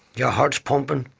your heart's pumping,